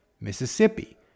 Mississippi